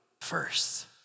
first